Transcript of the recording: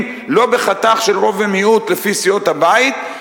לא בחתך של רוב ומיעוט לפי סיעות הבית,